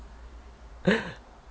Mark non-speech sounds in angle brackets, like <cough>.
<laughs>